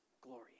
glory